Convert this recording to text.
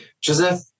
Joseph